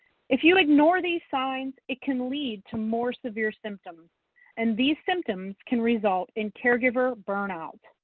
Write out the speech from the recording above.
if you ignore these signs, it can lead to more severe symptoms and these symptoms can result in caregiver burnout.